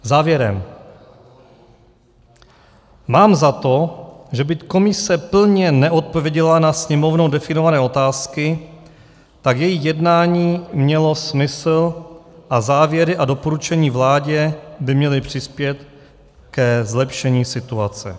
Závěrem: Mám za to, že byť komise plně neodpověděla na Sněmovnou definované otázky, tak její jednání mělo smysl a závěry a doporučení vládě by měly přispět ke zlepšení situace.